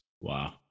Wow